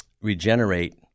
regenerate